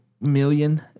million